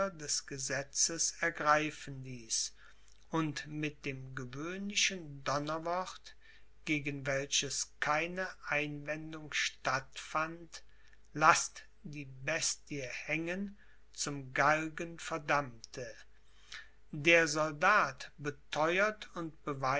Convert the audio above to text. des gesetzes ergreifen ließ und mit dem gewöhnlichen donnerwort gegen welches keine einwendung stattfand laßt die bestie hängen zum galgen verdammte der soldat betheuert und